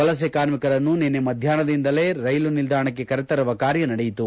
ವಲಸೆ ಕಾರ್ಮಿಕರನ್ನು ನಿನ್ನೆ ಮಧ್ಯಾಹ್ವದಿಂದಲೇ ರೈಲು ನಿಲ್ದಾಣಕ್ಕೆ ಕರೆತರುವ ಕಾರ್ಯ ನಡೆಯಿತು